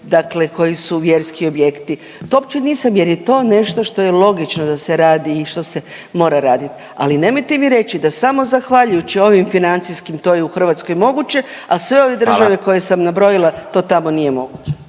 dakle koji su vjerski objekti. To uopće nisam jer je to nešto što je logično da se radi i što se mora radit, ali nemojte mi reći da samo zahvaljujući ovim financijskim, to je u Hrvatskoj moguće, al sve ove države…/Upadica Radin: Hvala./…koje sam nabrojila to tamo nije moguće.